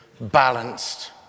balanced